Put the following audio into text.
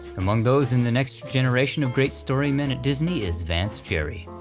among those in the next generation of great story-men at disney is vance gerry,